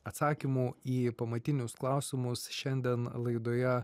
atsakymų į pamatinius klausimus šiandien laidoje